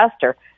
investor